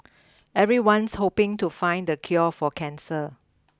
everyone's hoping to find the cure for cancer